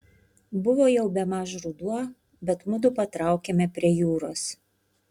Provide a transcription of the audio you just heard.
buvo jau bemaž ruduo bet mudu patraukėme prie jūros